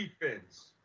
defense